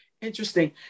Interesting